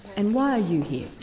and why are you here?